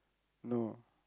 no